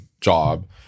job